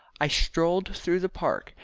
i strolled through the park.